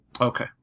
Okay